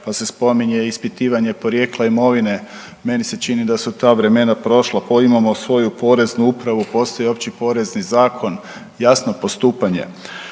pa se spominje i ispitivanje porijekla imovine. Meni se čini da su ta vremena prošla. Imamo svoju Poreznu upravu, postoji Opći porezni zakon, jasno postupanje.